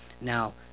Now